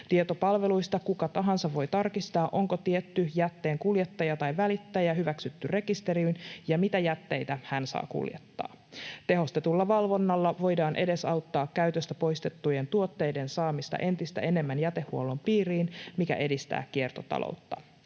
Tietopalveluista kuka tahansa voi tarkistaa, onko tietty jätteenkuljettaja tai -välittäjä hyväksytty rekisteriin ja mitä jätteitä hän saa kuljettaa. Tehostetulla valvonnalla voidaan edesauttaa käytöstä poistettujen tuotteiden saamista entistä enemmän jätehuollon piiriin, mikä edistää kiertotaloutta.